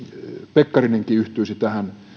pekkarinenkin yhtyisi tähän